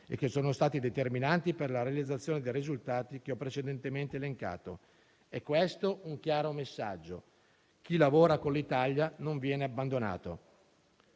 e che sono stati determinanti per la realizzazione dei risultati che ho precedentemente elencato. È questo un chiaro messaggio: chi lavora con l'Italia non viene abbandonato.